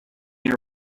your